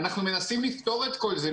אנחנו מנסים לפתור את כל זה,